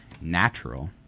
Natural